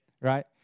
Right